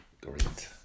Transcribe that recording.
great